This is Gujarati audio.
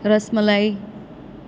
રસ મલાઈ